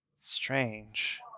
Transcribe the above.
Strange